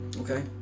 Okay